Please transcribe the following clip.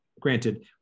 granted